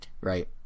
right